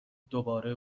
دوباره